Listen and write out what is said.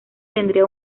tendría